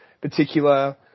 particular